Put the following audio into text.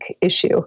issue